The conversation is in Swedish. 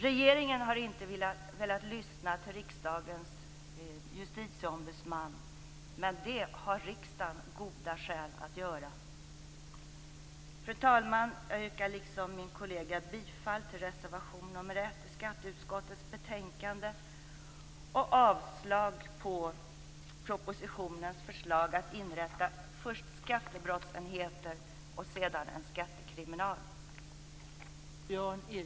Regeringen har inte velat lyssna till riksdagens JO, men det har riksdagen goda skäl att göra. Fru talman! Jag yrkar, liksom min kollega, bifall till reservation nr 1 till skatteutskottets betänkande och avslag på propositionens förslag att inrätta först skattebrottsenheter och sedan en skattekriminal.